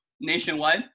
nationwide